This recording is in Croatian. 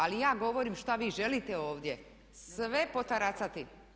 Ali ja govorim što vi želite ovdje, sve potaracati.